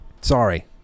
Sorry